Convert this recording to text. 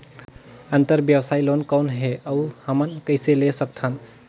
अंतरव्यवसायी लोन कौन हे? अउ हमन कइसे ले सकथन?